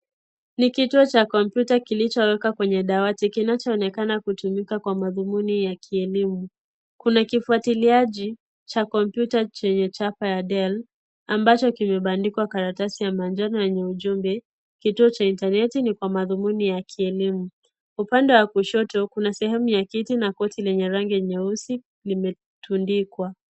NI kituo cha kompyuta kilichowekwa kwenye dawati kinachoonekana kutumika kwa madhumuni ya kielimu. Kuna kifuatiliaji cha kompyuta chenye chapa ya dell ambacho kimepandikwa kwenye karatasi ya manjano yenye ujumbe kituo cha intaneti iliyo Kwa madhumuni ya kielimu. Kwa upande wa kushoto kuna sehemu ya kiti na koti lenye rangi ya nyeusi limetundikwa.